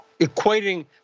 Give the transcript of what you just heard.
equating